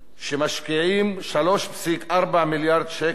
שמשקיעים 3.4 מיליארד שקל,